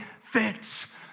fits